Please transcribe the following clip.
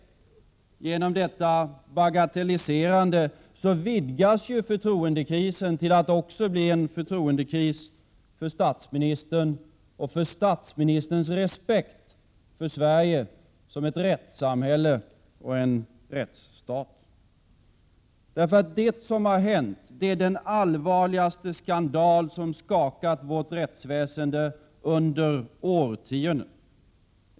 Genom detta vidgas förtroendekrisen till en förtroendekris också för statsministern och för hans respekt för Sverige som ett rättssamhälle och en rättsstat. Det som hänt är den allvarligaste skandal som skakat vårt rättsväsende under årtionden.